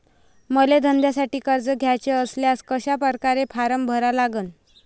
मले धंद्यासाठी कर्ज घ्याचे असल्यास कशा परकारे फारम भरा लागन?